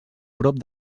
prop